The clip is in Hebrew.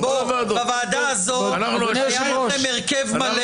בוועדה הזאת היה לכם הרכב מלא.